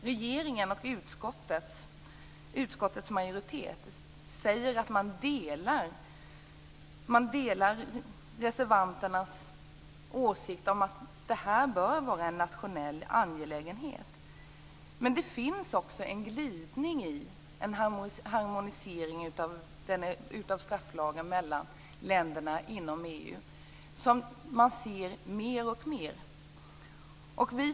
Regeringen säger - och utskottets majoritet delar reservanternas åsikt - att det bör vara en nationell angelägenhet. Det finns dock en glidning när det gäller en harmonisering av strafflagen mellan länderna inom EU. Man ser den mer och mer.